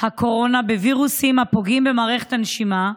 הקורונה בווירוסים הפוגעים במערכת הנשימה,